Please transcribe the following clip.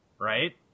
Right